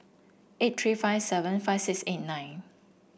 eight three five seven five six eight nine